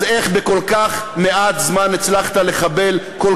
אז איך בכל כך מעט זמן הצלחת לחבל כל